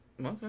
Okay